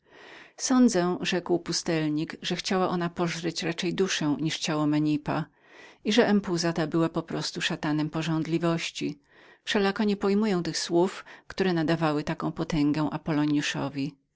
sądzę rzekł pustelnik że chciała ona pożreć raczej duszę niż ciało menipa i że ta empuza była po prostu szatanem pożądliwości wszelako nie pojmuję tych słów które nadawały taką potęgę